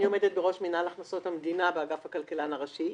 אני עומדת בראש מינהל הכנסות המדינה באגף הכלכלן הראשי.